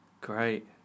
Great